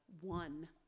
one